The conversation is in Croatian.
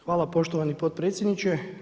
Hvala poštovani potpredsjedniče.